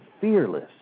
fearless